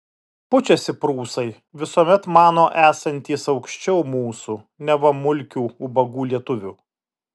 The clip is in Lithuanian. pučiasi prūsai visuomet mano esantys aukščiau mūsų neva mulkių ubagų lietuvių